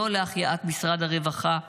לא להחייאת משרד הרווחה,